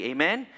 Amen